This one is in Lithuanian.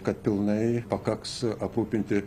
kad pilnai pakaks aprūpinti